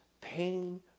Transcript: pain